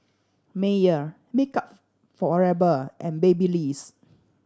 Mayer Makeup Forever and Babyliss